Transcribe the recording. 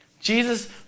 Jesus